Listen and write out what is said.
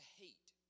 hate